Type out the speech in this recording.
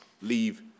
leave